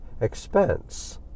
expense